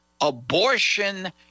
abortion